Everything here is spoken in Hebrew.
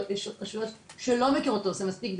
יש רשויות שלא מכירות מספיק טוב,